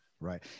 right